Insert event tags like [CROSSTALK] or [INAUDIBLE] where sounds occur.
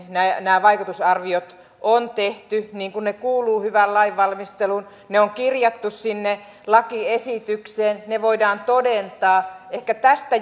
nämä vaikutusarviot on tehty niin kuin ne kuuluvat hyvään lainvalmisteluun ne on kirjattu sinne lakiesitykseen ne voidaan todentaa ehkä tästä [UNINTELLIGIBLE]